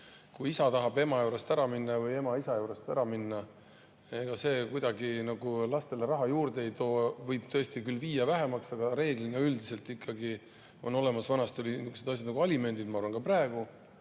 Kui isa tahab ema juurest ära minna või ema isa juurest ära minna, ega see kuidagi lastele raha juurde ei too, võib tõesti küll viia vähemaks, aga reeglina üldiselt ikkagi on [raha] olemas. Vanasti olid niisugused asjad nagu alimendid, ma arvan[, et